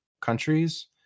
countries